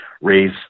raise